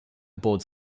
aboard